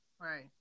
right